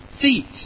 feet